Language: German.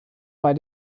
bei